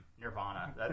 Nirvana